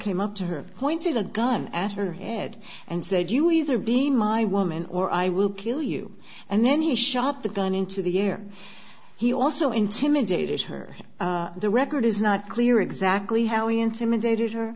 came up to her pointed a gun at her head and said you either be my woman or i will kill you and then he shot the gun into the year he also intimidated her the record is not clear exactly how he intimidated her